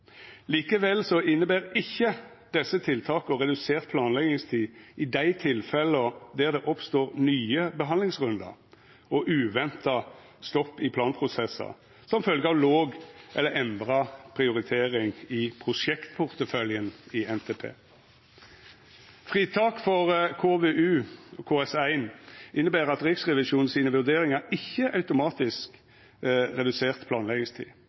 Likevel inneber ikkje desse tiltaka redusert planleggingstid i dei tilfella det oppstår nye behandlingsrundar og uventa stopp i planprosessar som følgje av låg eller endra prioritering i prosjektporteføljen i NTP. Fritak for KVU/KS1 inneber etter Riksrevisjonen sine vurderingar ikkje automatisk redusert planleggingstid